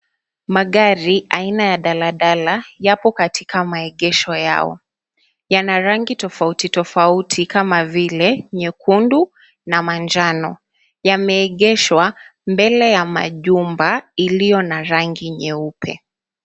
Magari aina ya daladala yapo katika maegesho yao. Yana rangi tofauti tofauti kama vile nyekundu na manjano. Yameegeshwa mbele ya majumba iliyo na rangi nyeupe.